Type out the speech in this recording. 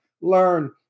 learn